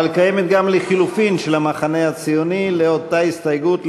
אבל קיימת גם לחלופין של המחנה הציוני לאותה הסתייגות,